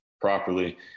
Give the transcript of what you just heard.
properly